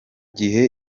gihe